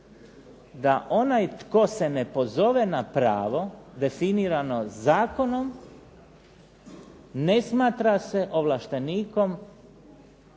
da onaj tko se ne pozove na pravo definirano zakonom ne smatra se ovlaštenikom